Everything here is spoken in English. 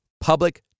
public